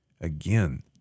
again